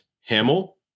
Hamill